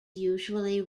usually